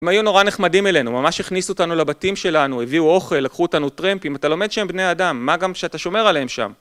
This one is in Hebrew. הם היו נורא נחמדים אלינו, ממש הכניסו אותנו לבתים שלנו, הביאו אוכל, לקחו אותנו טרמפים, אתה לומד שהם בני אדם, מה גם שאתה שומר עליהם שם.